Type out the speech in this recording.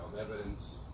evidence